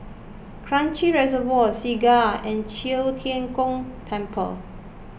Kranji Reservoir Segar and Qiu Tian Gong Temple